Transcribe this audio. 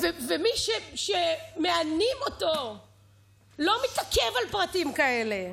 ומי שמענים אותו לא מתעכב על פרטים כאלה.